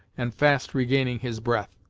and fast regaining his breath.